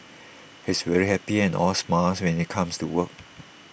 he's very happy and all smiles when he comes to work